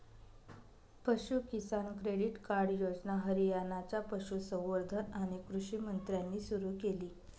पशु किसान credit card योजना हरियाणाच्या पशुसंवर्धन आणि कृषी मंत्र्यांनी सुरू केली